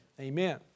Amen